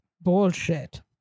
Bullshit